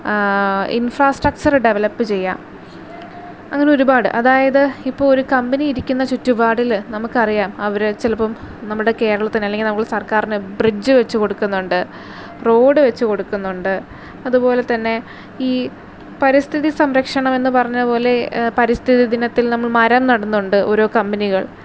infrastructure develop ചെയ്യാം അങ്ങനെ ഒരുപാട് അതായത് ഇപ്പോൾ ഒരു കമ്പനി ഇരിക്കുന്ന ചുറ്റുപാടില് നമുക്കറിയാം അവര് ചിലപ്പം നമ്മുടെ കേരളത്തിന് അല്ലെങ്കിൽ നമ്മുടെ സർക്കാരിന് ബ്രിഡ്ജ് വെച്ചു കൊടുക്കുന്നുണ്ട് റോഡ് വെച്ച് കൊടുക്കുന്നുണ്ട് അതുപോലെ തന്നെ ഈ പരിസ്ഥിതി സംരക്ഷണം എന്ന് പറഞ്ഞത് പോലെ പരിസ്ഥിതി ദിനത്തിൽ നമ്മൾ മരം നടുന്നുണ്ട് ഓരോ കമ്പനികൾ